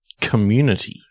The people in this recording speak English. Community